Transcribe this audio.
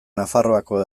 nafarroako